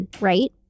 right